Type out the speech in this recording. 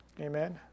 Amen